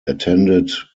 attended